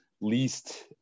least